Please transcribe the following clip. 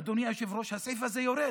אדוני היושב-ראש, הסעיף הזה יורד.